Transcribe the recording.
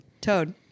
Toad